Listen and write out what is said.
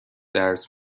درس